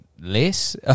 less